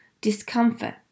discomfort